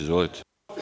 Izvolite.